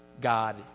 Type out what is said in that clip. God